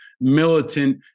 militant